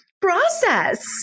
process